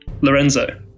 Lorenzo